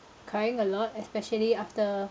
crying a lot especially after